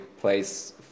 place